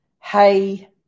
hey